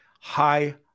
high